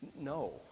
No